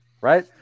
right